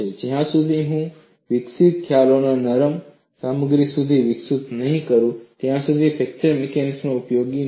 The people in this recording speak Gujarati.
જ્યાં સુધી હું વિકસિત ખ્યાલોને નરમ સામગ્રી સુધી વિસ્તૃત ન કરું ત્યાં સુધી ફ્રેક્ચર મિકેનિક્સ ઉપયોગી થશે નહીં